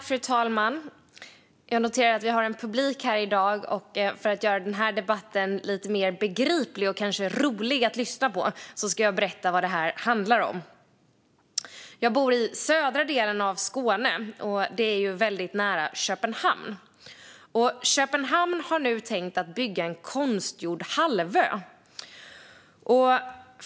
Fru talman! Jag noterar att vi har en publik här i dag, och för att göra debatten lite mer begriplig och kanske rolig att lyssna på ska jag berätta vad det här handlar om. Jag bor i södra delen av Skåne, och det är väldigt nära till Köpenhamn. I Köpenhamn har man tänkt bygga en konstgjord halvö.